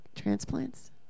transplants